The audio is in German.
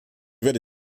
werde